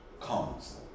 comes